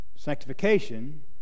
sanctification